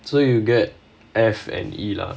so you get F and E lah